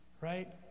Right